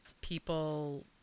people